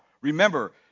remember